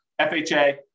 FHA